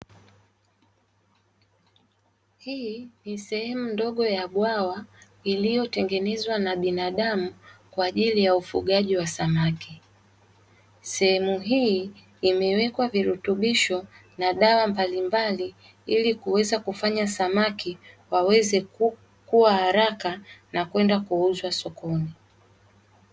Hii ni sehemu ndogo ya bwawa iliyotengenezwa na binadamu kwa ajili ya ufugaji wa samaki. Sehemu hii imewekwa virutubisho na dawa mbalimbali ili kuweza kufanya samaki waweze kukua haraka na kwenda kuuzwa sokoni.